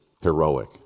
heroic